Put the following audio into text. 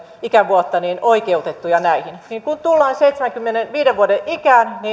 ikävuotta oikeutettuja näihin niin kun tullaan seitsemänkymmenenviiden vuoden ikään